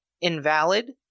Invalid